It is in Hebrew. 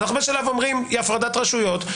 אומרים: אי הפרדת רשויות.